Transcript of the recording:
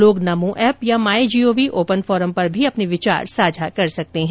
लोग नमो एप या my gov open forum पर अपने विचार साझा कर सकते हैं